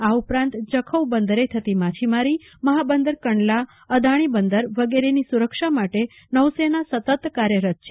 આ ઉપરાંત જખૌ બંદરે થતી માછીમારીમહાબંદર કંડલા અદાણી બંદર વગેરેની સુરક્ષા માટે નૌસેના સતત કાર્યરત રહે છે